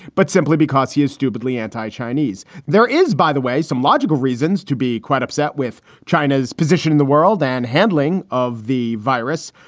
but simply because he has stupidly anti chinese. there is, by the way, some logical reasons to be quite upset with china's position in the world and handling of the virus.